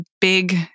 big